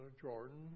Jordan